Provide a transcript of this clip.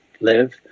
live